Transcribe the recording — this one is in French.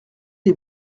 les